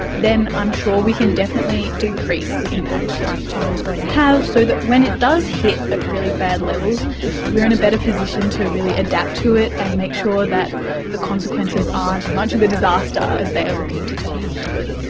then i'm sure we can definitely decrease the impact climate change is going to have so that when it does hit ah really bad levels we are in a better position to really adapt to it and make sure that the consequences aren't as much of a disaster ah as they are looking to turn out to be.